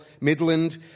Midland